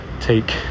take